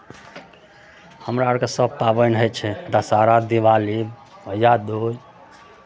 हमरा आरकेँ सभ पाबनि होइ छै दशहरा दिवाली भैआदूज